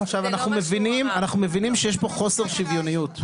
עכשיו, אנחנו מבינים שיש פה חוסר שוויוניות.